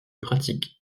pratique